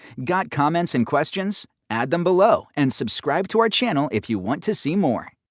got comments and questions? add them below. and subscribe to our channel if you want to see more.